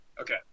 Okay